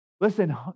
Listen